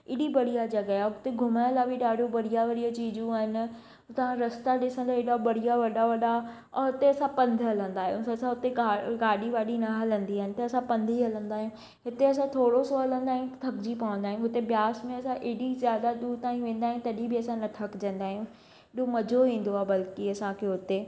एॾी बढ़िया जॻह आहे उते घुमण लाइ बि ॾाढियूं बढ़िया बढ़िया चीजूं आहिनि उतां जा रस्ता ॾिसां त एॾा बढ़िया वॾा वॾा ऐं उते असां पंध हलंदा आहियूं असांजे उते का गाॾी वाॾी न हलंदी आहिनि उते असां पंध ई हलंदा आहियूं हिते असां थोरो सो हलंदा आहियूं थक जी पवंदा आहियूं हुते ब्यास में असां एॾी जादा दूर ताईं बि वेंदा आहियूं तॾहिं बि असां न थकजंदा आहियूं एॾो मजो ईंदो आहे बल्कि असांखे उते